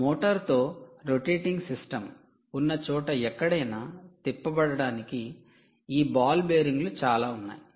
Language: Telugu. మోటారుతో రొటేటింగ్ సిస్టం ఉన్న చోట ఎక్కడైనా తిప్పడానికి ఈ బాల్ బేరింగ్లు చాలా ఉన్నాయి